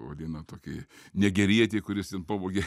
vadina tokį negerietį kuris ten pavogė